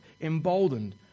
emboldened